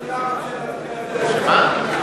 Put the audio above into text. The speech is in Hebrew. תוכניות לקידום החינוך, שירותי חינוך ורווחה,